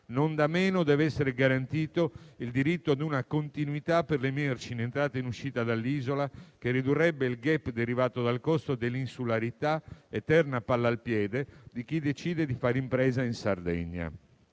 non da meno deve essere garantito il diritto a una continuità per le merci in entrata e in uscita dall'isola, che ridurrebbe il *gap* derivante dal costo dell'insularità, eterna palla al piede di chi decide di fare impresa in Sardegna.